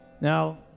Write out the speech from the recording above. Now